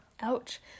Ouch